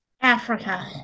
Africa